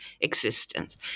existence